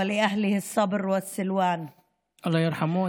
ולמשפחתו הסבלנות והנחמה.) אללה ירחמו.